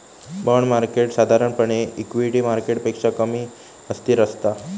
bond market साधारणपणे equity मार्केटपेक्षा कमी अस्थिर असता